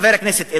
חבר הכנסת אלדד,